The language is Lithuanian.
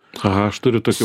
aha aš turiu tokių